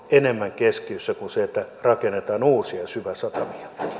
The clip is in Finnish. enemmän keskiössä kuin se että rakennetaan uusia syväsatamia